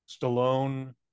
Stallone